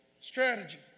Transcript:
strategy